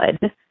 good